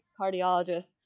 cardiologist